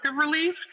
relief